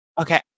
Okay